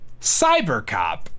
CyberCop